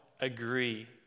agree